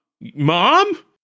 Mom